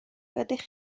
ydych